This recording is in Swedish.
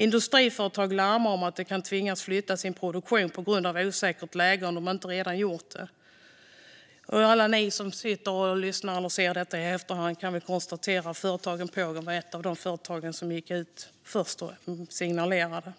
Industriföretag larmar om att de kan tvingas flytta sin produktion på grund av osäkert läge, om de inte redan gjort det. Alla ni som lyssnar eller ser detta i efterhand kan konstatera att Pågen var ett av de företag som först gick ut och signalerade.